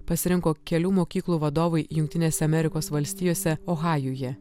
pasirinko kelių mokyklų vadovai jungtinėse amerikos valstijose ohajuje